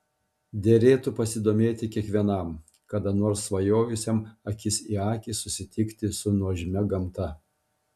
derėtų pasidomėti kiekvienam kada nors svajojusiam akis į akį susitikti su nuožmia gamta